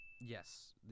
yes